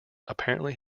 apparently